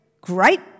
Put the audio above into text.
Great